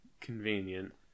convenient